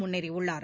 முன்னேறியுள்ளார்